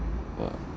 what